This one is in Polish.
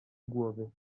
głowy